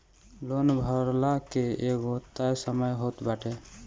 loan भरला के एगो तय समय होत बाटे